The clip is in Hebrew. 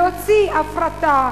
להוציא להפרטה,